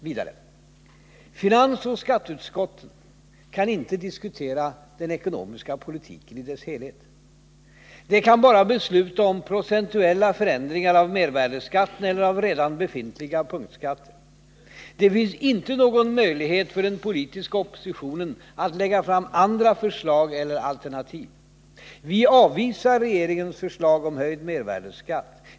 Vidare: Finansoch skatteutskotten kan inte diskutera den ekonomiska politiken i dess helhet. De kan bara besluta om procentuella förändringar av mervärdeskatten eller av redan befintliga punktskatter. Det finns inte någon möjlighet för den politiska oppositionen att lägga fram andra förslag eller alternativ. Vi avvisar regeringens förslag om höjd mervärdeskatt.